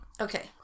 Okay